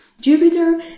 Jupiter